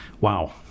Wow